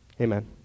Amen